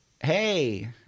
Hey